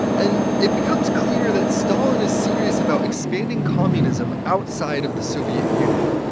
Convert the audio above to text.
and it becomes clear that stalin is serious about expanding communism outside of the soviet union.